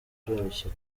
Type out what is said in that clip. byoroshye